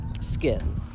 skin